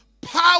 power